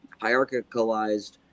hierarchicalized